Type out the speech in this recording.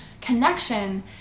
Connection